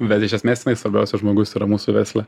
bet iš esmės jinai svarbiausias žmogus yra mūsų versle